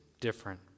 different